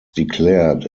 declared